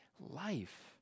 life